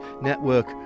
network